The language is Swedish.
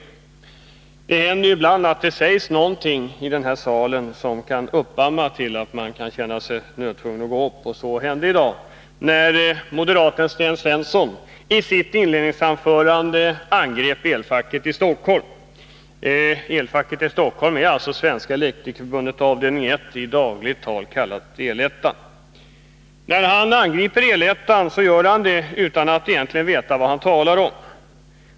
Men det händer ibland att det sägs någonting i den här salen som kan föranleda att man känner sig tvungen att gå upp och tala. Så hände i dag, när moderaten Sten Svensson i sitt inledningsanförande angrep elfacket i Stockholm. — Elfacket i Stockholm är, närmare bestämt, Svenska Elektrikerförbundets avd. 1,i dagligt tal El-ettan. — Sten Svensson angriper El-ettan utan att egentligen veta vad han talar om.